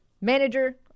manager